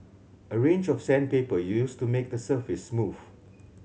a range of sandpaper used to make the surface smooth